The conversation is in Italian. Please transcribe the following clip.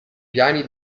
piani